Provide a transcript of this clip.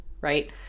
Right